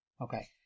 Okay